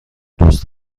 دوست